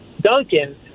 Duncan